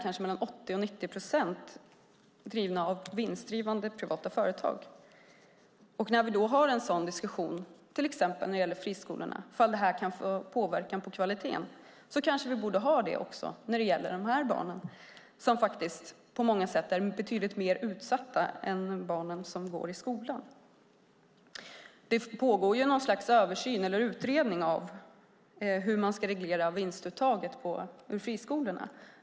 Mellan 80 och 90 procent av HVB-hemmen drivs av vinstdrivande privata företag. När det gäller till exempel friskolan diskuterar vi om det kan påverka kvaliteten. Det kanske vi borde diskutera även när det gäller de här barnen som på många sätt är betydligt mer utsatta än barn i skolan. Det pågår en utredning om hur man ska reglera vinstuttaget i friskolorna.